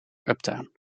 uptown